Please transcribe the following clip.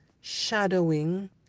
shadowing